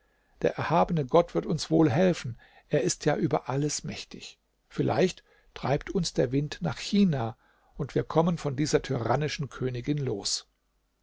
der erhabene gott wird uns wohl helfen er ist ja über alles mächtig vielleicht treibt uns der wind nach china und wir kommen von dieser tyrannischen königin los